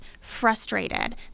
frustrated